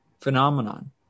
phenomenon